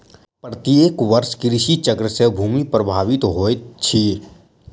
प्रत्येक वर्ष कृषि चक्र से भूमि प्रभावित होइत अछि